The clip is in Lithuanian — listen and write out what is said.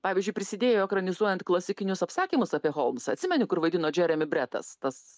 pavyzdžiui prisidėjo ekranizuojant klasikinius apsakymus apie holmsą atsimeni kur vaidino džeremi bretas tas